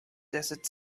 desert